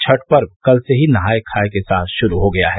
छठ पर्व कल से ही नहाय खाय के साथ शुरू हो गया है